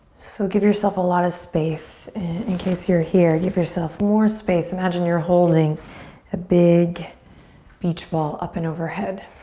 so give yourself a lotta space and in case you're here give yourself more space. imagine you're holding a big beach ball up and overhead.